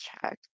check